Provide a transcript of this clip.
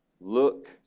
look